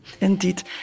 Indeed